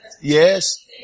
Yes